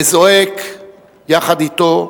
וזועק יחד אתו: